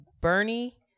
Bernie